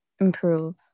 improve